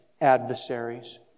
adversaries